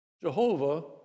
Jehovah